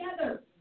together